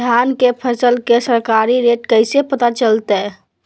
धान के फसल के सरकारी रेट कैसे पता चलताय?